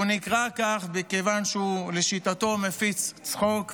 הוא נקרא כך כיוון שלשיטתו הוא מפיץ צחוק ושמחה.